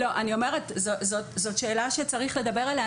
אני אומרת, זאת שאלה שצריך לדבר עליה.